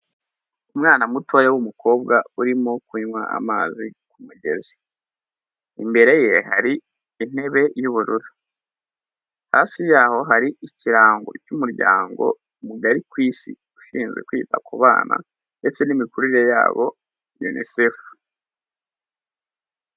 Umwana mutoya w'umukobwa urimo kunywa amazi ku mugezi. Imbere ye hari intebe y'ubururu, hasi yaho hari ikirango cy'umuryango mugari ku isi ushinzwe kwita ku bana ndetse n'imikurire yabo yunisefu.